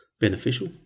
beneficial